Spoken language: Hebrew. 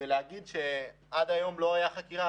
להגיד שעד היום לא הייתה חקירה,